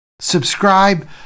Subscribe